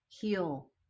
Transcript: heal